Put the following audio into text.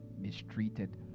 mistreated